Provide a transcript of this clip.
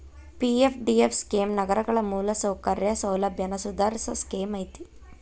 PFDF scheme ನಗರಗಳ ಮೂಲಸೌಕರ್ಯ ಸೌಲಭ್ಯನ ಸುಧಾರಸೋ ಸ್ಕೇಮ್ ಐತಿ